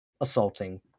assaulting